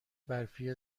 برفی